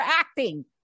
acting